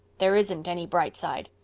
there isn't any bright side.